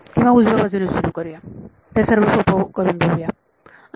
किंवा उजव्या बाजूने सुरू करूया सर्व सोपं करून बघूया